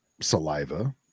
saliva